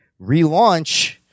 relaunch